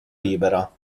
libera